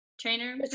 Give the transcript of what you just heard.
trainer